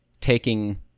taking